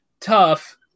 Tough